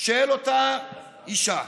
של אותה אישה,